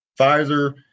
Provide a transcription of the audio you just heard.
Pfizer